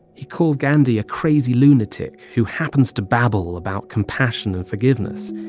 he called gandhi a crazy lunatic who happens to babble about compassion and forgiveness.